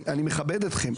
אני מכבד אתכם,